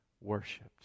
worshipped